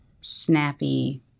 snappy